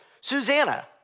Susanna